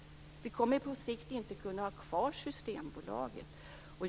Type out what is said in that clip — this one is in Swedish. På sikt kommer vi inte att kunna ha kvar Systembolaget.